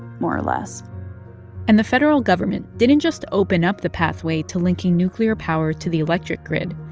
more or less and the federal government didn't just open up the pathway to linking nuclear power to the electric grid.